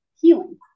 healing